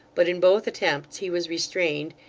but in both attempts he was restrained,